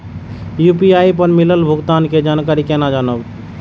UPI पर मिलल भुगतान के जानकारी केना जानब?